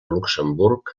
luxemburg